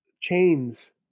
Chains